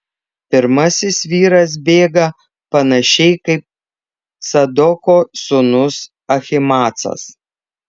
pirmasis vyras bėga panašiai kaip cadoko sūnus ahimaacas